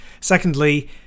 Secondly